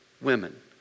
women